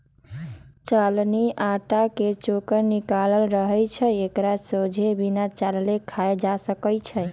चलानि अटा के चोकर निकालल रहै छइ एकरा सोझे बिना चालले खायल जा सकै छइ